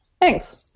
Thanks